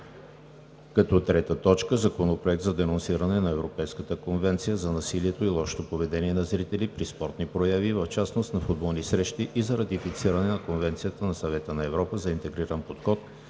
партия ГЕРБ. 3. Законопроект за денонсиране на Европейската конвенция за насилието и лошото поведение на зрители при спортни прояви и в частност на футболни срещи и за ратифициране на Конвенцията на Съвета на Европа за интегриран подход